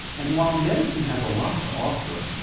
and while medicine has a lot to offer,